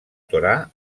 torà